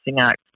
act